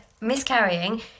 miscarrying